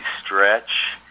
Stretch